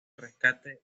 rescate